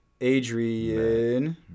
Adrian